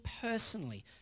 personally